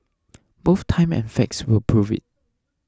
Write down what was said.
both time and facts will prove it